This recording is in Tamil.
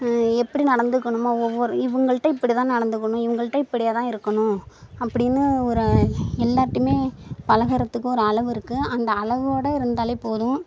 எப்படி நடந்துக்கணுமோ ஒவ்வொரு இவங்கள்ட்ட இப்படிதான் நடந்துக்கணும் இவங்கள்ட்ட இப்படியேதான் இருக்கணும் அப்படினு ஒரு எல்லாேர்டையுமே பழகுறதுக்கு ஒரு அளவு இருக்குது அந்த அளவோடு இருந்தாலே போதும்